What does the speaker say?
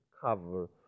cover